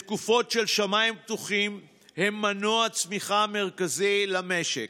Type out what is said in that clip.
בתקופות של שמיים פתוחים הן מנוע צמיחה מרכזי למשק,